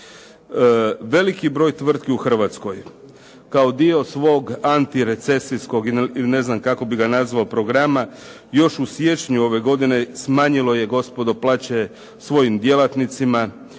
Veliki broj tvrtki u Hrvatskoj kao dio svog antirecesijskog ili ne znam kako bih ga nazvao programa, još u siječnju ove godine smanjilo je gospodo plaće svojim djelatnicima